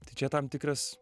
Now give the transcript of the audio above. tai čia tam tikras